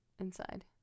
inside